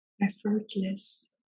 effortless